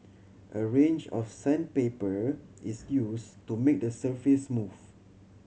a range of sandpaper is used to make the surface smooth